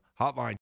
hotline